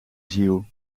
ziel